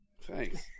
Thanks